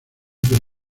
del